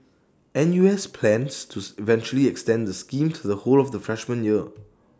N U S plans to eventually extend the scheme to the whole of the freshman year